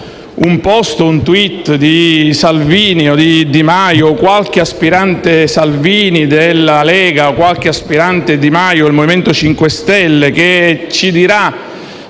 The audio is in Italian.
un *post* o un *tweet* di Salvini o di Di Maio, o che qualche aspirante Salvini della Lega o qualche aspirante Di Maio del MoVimento 5 Stelle ci dicano